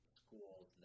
schools